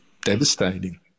devastating